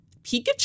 Pikachu